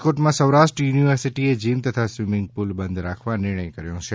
રાજકોટમાં સૌરાષ્ટ્ર યુનિવર્સિટીએ જિમ તથા સ્વિમિંગ પુલ બંધ રાખવા નિર્ણય કર્યો છે